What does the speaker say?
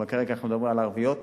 אבל כרגע אנחנו מדברים על הערביות,